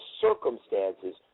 circumstances